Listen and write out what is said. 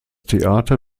theater